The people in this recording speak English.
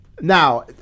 Now